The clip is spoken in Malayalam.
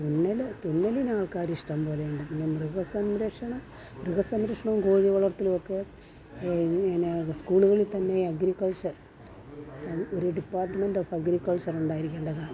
തുന്നൽ തുന്നലിനാൾക്കാർ ഇഷ്ടം പോലെയുണ്ട് പിന്നെ മൃഗസംരക്ഷണം മൃഗസംരക്ഷണമോ കോഴി വളർത്തലും ഒക്കെ സ്കൂളുകളിൽ തന്നെ അഗ്രികൾച്ചർ ഒരു ഡിപ്പാർട്ട്മെൻ്റ് ഓഫ് അഗ്രികൾച്ചർ ഉണ്ടായിരിക്കേണ്ടതാണ്